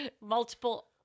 Multiple